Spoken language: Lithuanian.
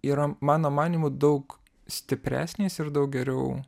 yra mano manymu daug stipresnis ir daug geriau